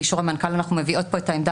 באישור המנכ"ל אנחנו מביאות כאן את העמדה